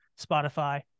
Spotify